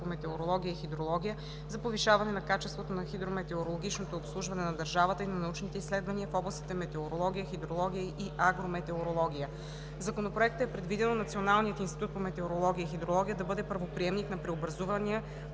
по метеорология и хидрология, за повишаване на качеството на хидрометеорологичното обслужване на държавата и на научните изследвания в областите метеорология, хидрология и агрометеорология. В Законопроекта е предвидено Националният институт по метеорология и хидрология да бъде правоприемник на преобразувания